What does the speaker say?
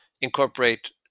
incorporate